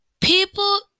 People